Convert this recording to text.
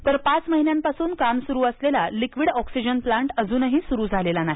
तर पाच महिन्यापासून काम सुरू असलेला लिक्विड ऑक्सिजन प्लान्ट अजूनही सुरू झालेला नाही